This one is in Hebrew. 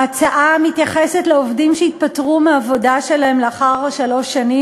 ההצעה מתייחסת לעובדים שהתפטרו מהעבודה שלהם לאחר שלוש שנים,